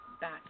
back